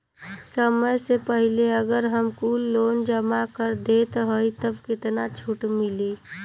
समय से पहिले अगर हम कुल लोन जमा कर देत हई तब कितना छूट मिली?